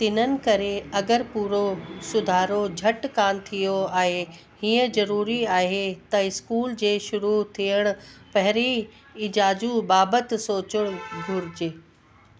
तिन्हनि करे अगरि पूरो सुधारो झटि कान थियो आहे हीअं ज़रूरी आहे त स्कूल जे शुरू थियणु पहिरीं इलाजु बाबति सोचणु घुरिजे